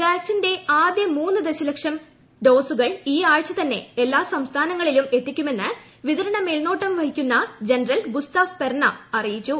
വാക്സിന്റെ ആദ്യമൂന്ന് ദശലക്ഷം ഡോസുകൾ ഈ ആഴ്ച തന്നെ എല്ലാ സംസ്ഥാനങ്ങളിലും എത്തിക്കുമെന്ന് വിതരണ മേൽ നോട്ടം വഹിക്കുന്ന ജനറൽ ഗുസ്താവ് പെർന പറഞ്ഞു